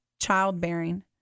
childbearing